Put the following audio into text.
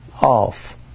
off